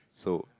so